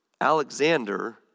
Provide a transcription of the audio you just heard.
Alexander